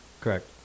Correct